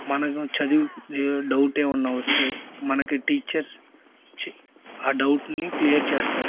మనకు చదివి డౌట్ ఏమైనా వస్తే మనకి టీచర్స్ ఆ డౌట్ని క్లియర్ చేస్తారు